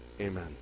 Amen